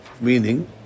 meaning